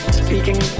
speaking